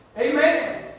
Amen